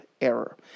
error